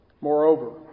Moreover